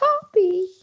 copy